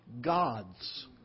gods